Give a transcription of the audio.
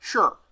Sure